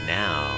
now